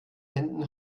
händen